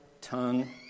tongue